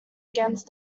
against